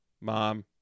mom